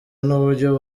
n’uburyo